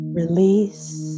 release